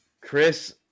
Chris